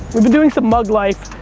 we've been doing some mug life,